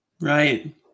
Right